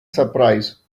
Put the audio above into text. surprise